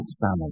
family